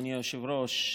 אדוני היושב-ראש,